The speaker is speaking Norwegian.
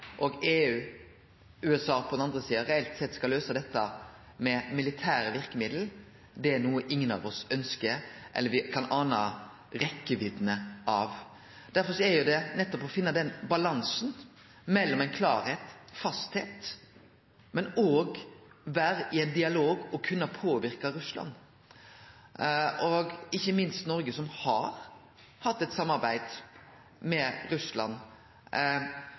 og EU/USA på den andre reelt sett skal løyse dette med militære verkemiddel, er noko ingen av oss ønskjer eller kan ane rekkjevidda av. Derfor gjeld det nettopp å finne denne balansen mellom ei klarheit og ei fastheit, men òg å vere i ein dialog og kunne påverke Russland. Ikkje minst for Noreg, som har hatt eit samarbeid med Russland